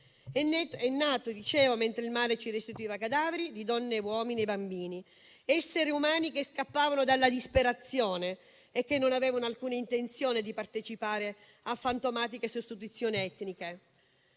è nato mentre il mare ci restituiva cadaveri di donne, uomini e bambini: esseri umani che scappavano dalla disperazione e che non avevano alcuna intenzione di partecipare a fantomatiche sostituzioni etniche.